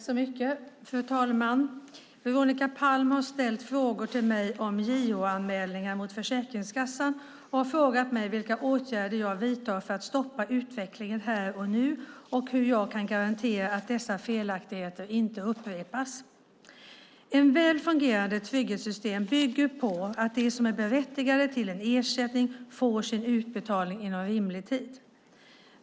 Fru talman! Veronica Palm har ställt frågor till mig om JO-anmälningar mot Försäkringskassan och har frågat mig vilka åtgärder jag vidtar för att stoppa utvecklingen här och nu och hur jag kan garantera att dessa felaktigheter inte upprepas. Ett väl fungerande trygghetssystem bygger på att de som är berättigade till en ersättning får sin utbetalning inom rimlig tid.